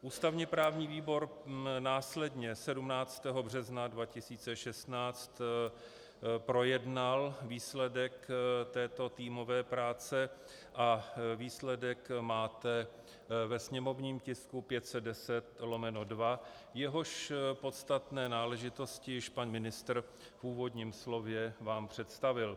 Ústavněprávní výbor následně 17. března 2016 projednal výsledek této týmové práce a výsledek máte ve sněmovním tisku 510/2, jehož podstatné náležitosti již pan ministr v úvodním slově vám představil.